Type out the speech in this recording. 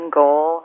goal